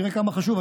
תראה כמה חשוב.